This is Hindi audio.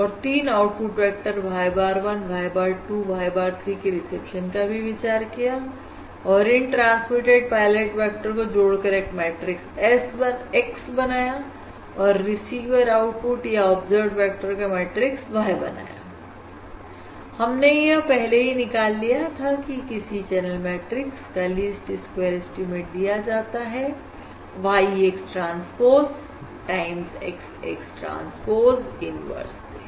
और 3 output vector y bar 1 y bar 2 y bar 3 के रिसेप्शन का विचार किया और इन ट्रांसमिटेड पायलट वेक्टर को जोड़कर एक मैट्रिक्स X बनाया और रिसीवर आउटपुट या ऑब्जर्व्ड वेक्टर का मैट्रिक्स Y बनाया हमने यह पहले ही निकाल लिया था की किसी चैनल मैट्रिक्स का लिस्ट स्क्वायर एस्टीमेट दिया जाता है Y X transpose time X X transpose inverse से